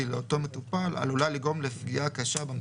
לאותו מטופל עלולה לגרום לפגיעה קשה במטופל.